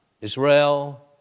Israel